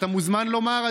אתה מוזמן לומר,